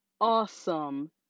awesome